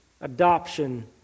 adoption